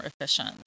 efficient